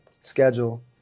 schedule